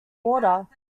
water